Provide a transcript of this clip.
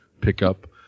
pickup